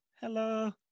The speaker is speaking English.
Hello